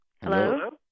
Hello